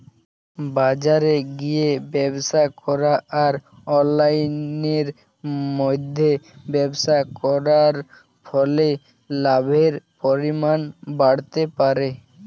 বাজারে গিয়ে ব্যবসা করা আর অনলাইনের মধ্যে ব্যবসা করার ফলে লাভের পরিমাণ বাড়তে পারে?